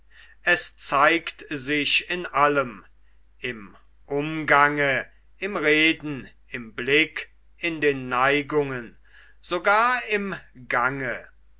es zeigt sich in allem im umgange im reden im blick in den neigungen sogar im gange